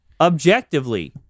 objectively